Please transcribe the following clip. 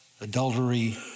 adultery